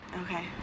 Okay